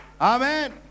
Amen